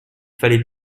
fallait